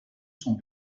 son